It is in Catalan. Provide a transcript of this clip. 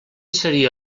seria